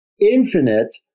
infinite